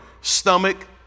stomach